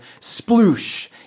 Sploosh